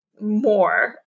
more